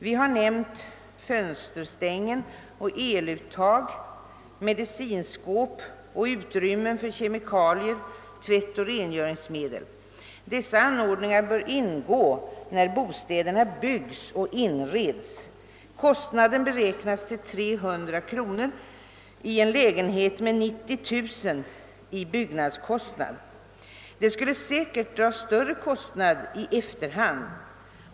Vi har nämnt fönsterstängen, eluttag, medicinskåp och utrymmen för kemikalier, tvättoch rengöringsmedel. Dessa anordningar bör ingå när bostäderna byggs och inreds. Kostnaden beräknas till 300 kronor i en lägenhet med 90 000 kronor i byggnadskostnad. Det skulle dra större kostnader att ändra detta i efterhand.